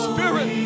Spirit